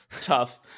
Tough